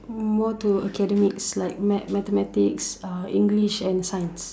uh more toward academics like math mathematics uh English and science